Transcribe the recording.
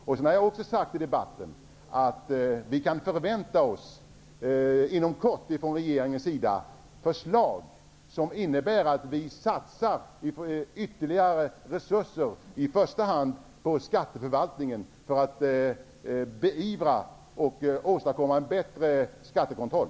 Som jag också sagt i debatten kan vi förvänta oss inom kort förslag från regeringen som innebär att vi satsar ytterligare resurser i första hand på skatteförvaltningen för att beivra brottsligheten och åstadkomma en bättre skattekontroll.